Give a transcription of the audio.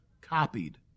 copied